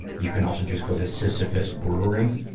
and you can also just go to sisyphus brewering,